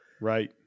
Right